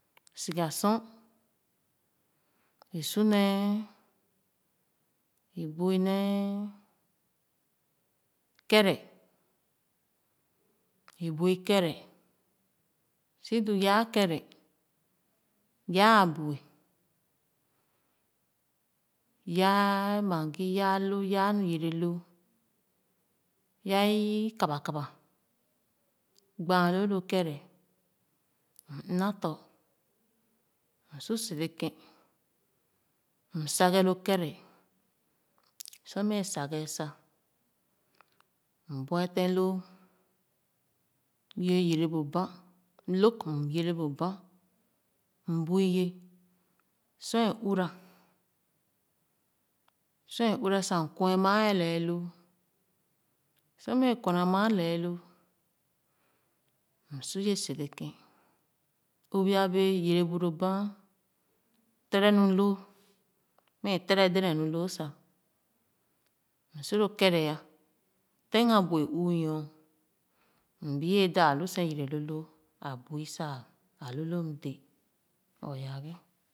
Suga sor i su nee i bui nee kene i bui kere su du yaa kere yaa abue yaa mango yaa lō yaa nu yere loo yaa ikaba-kaba gbaa loo lo kere m ina tɔ̄ m su sere kén m se-ghe lo kere sor mɛ seghe sa m bue-tēn loo ye yere bu banh lōg m yere bu banh m bui ye sor uhra sor ē uhra sa m kwe maa a leeloo sor mɛ kwena maa leeloo m sua ye sere keh o bia bee yere bu lo banh tere nu loo mɛ tere dèdèn nu loo sa m su loo kere teng abue uu nyor m biae daalu seh yere lō loo a bui sa a lu loo m dé o yaa ghe.